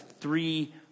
three